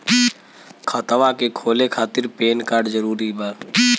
खतवा के खोले खातिर पेन कार्ड जरूरी बा?